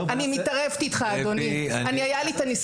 אני מתערבת איתך אדוני היושב